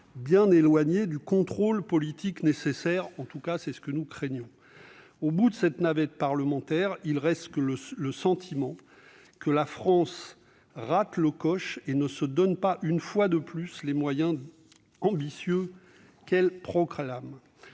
bien éloigné du nécessaire contrôle politique. C'est en tout cas ce que nous craignons. Au terme de cette navette parlementaire, il reste le sentiment que la France rate le coche et qu'elle ne se donne pas, une fois de plus, les moyens ambitieux dont elle proclame